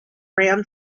ran